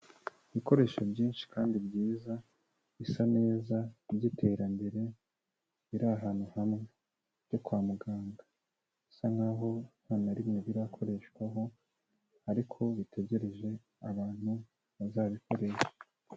Ibikoresho byinshi kandi byiza bisa neza by'iterambere biri ahantu hamwe byo kwa muganga bisa naho nta na rimwe birakoreshwaho ariko bitegereje abantu bazabikoresha.